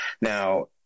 Now